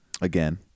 again